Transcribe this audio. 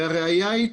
הראיה היא,